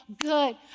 good